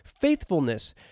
faithfulness